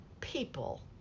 people